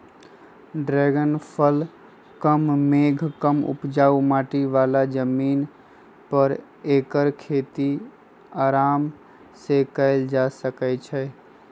dragon फल कम मेघ कम उपजाऊ माटी बला जमीन पर ऐकर खेती अराम सेकएल जा सकै छइ